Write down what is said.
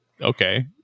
okay